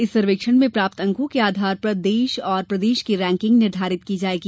इस सर्वेक्षण में प्राप्त अंकों के आधार पर देश और प्रदेश की रैंकिंग निर्धारित की जायेगी